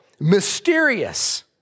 mysterious